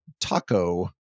taco